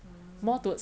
ah